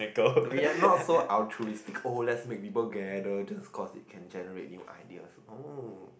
we are not so altruistic oh let's make people gather just because they can generate new ideas oh